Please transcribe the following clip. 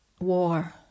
war